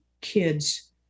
kids